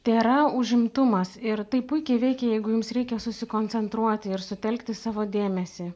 tėra užimtumas ir tai puikiai veikia jeigu jums reikia susikoncentruoti ir sutelkti savo dėmesį